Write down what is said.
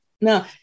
no